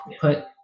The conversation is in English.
put